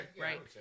right